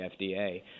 FDA